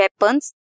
weapons